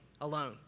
alone